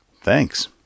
Thanks